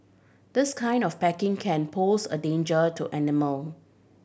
this kind of packaging can pose a danger to animal